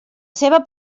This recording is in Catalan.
seva